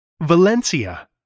Valencia